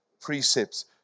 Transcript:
precepts